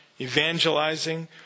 evangelizing